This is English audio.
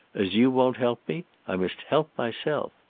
as you won't help me, i must help myself.